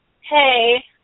Hey